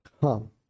come